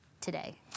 today